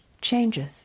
changes